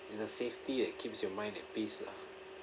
it's a safety that keeps your mind at peace lah